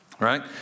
Right